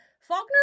Faulkner